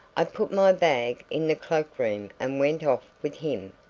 i put my bag in the cloak-room and went off with him,